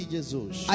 Jesus